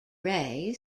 ray